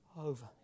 over